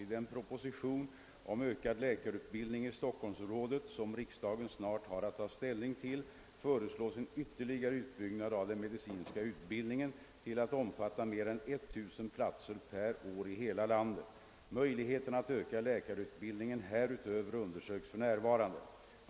I den proposition om ökad läkarutbildning i Stockholmsområdet, som riksdagen snart har att ta ställning till, föreslås en ytterligare utbyggnad av den medicinska utbildningen till att omfatta mer än 1000 platser per år i hela landet. Möjligheterna att öka läkarutbildningen härutöver undersöks för närvarande.